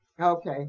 Okay